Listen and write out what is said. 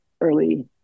early